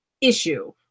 issue